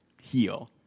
heal